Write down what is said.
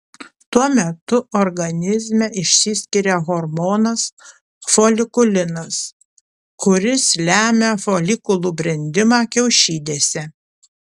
tuo metu organizme išsiskiria hormonas folikulinas kuris lemia folikulų brendimą kiaušidėse